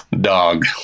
Dog